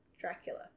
Dracula